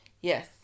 Yes